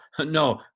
no